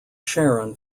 sharon